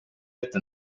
ette